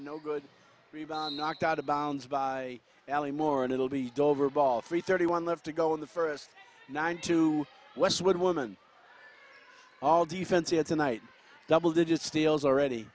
no good rebound knocked out of bounds by alan moore and it'll be dover ball three thirty one left to go in the first nine to westwood woman all defense here tonight double digit steals already